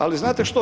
Ali znate što?